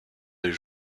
des